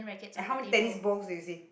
and how many tennis balls do you see